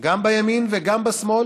גם בימין וגם בשמאל